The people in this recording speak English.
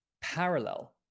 parallel